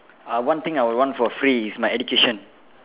uh one thing I would want for free is my education